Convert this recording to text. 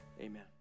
amen